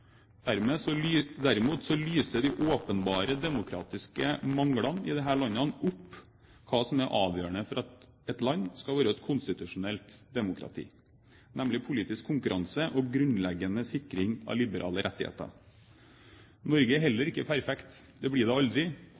Derimot lyser de åpenbare demokratiske manglene i disse landene opp hva som er avgjørende for at et land skal være et konstitusjonelt demokrati – nemlig politisk konkurranse og grunnleggende sikring av liberale rettigheter. Norge er heller ikke perfekt. Det blir det aldri.